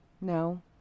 No